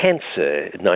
cancer